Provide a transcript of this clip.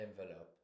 envelope